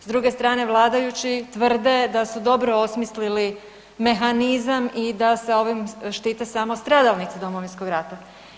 S druge strane vladajući tvrde da su dobro osmislili mehanizam i da sa ovim štite samo stradalnike Domovinskog rata.